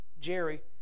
Jerry